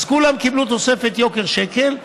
אז כולם קיבלו תוספת יוקר שקל,